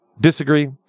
disagree